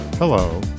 Hello